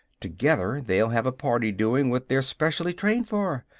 together they'll have a party doing what they're special trained for.